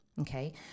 Okay